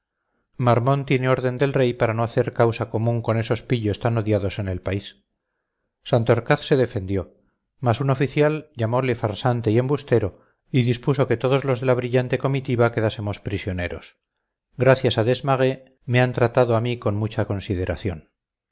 marmont tiene orden del rey para no hacer causa común con esos pillos tan odiados en el país santorcaz se defendió mas un oficial llamole farsante y embustero y dispuso que todos los de la brillante comitiva quedásemos prisioneros gracias a desmarets me han tratado a mí con mucha consideración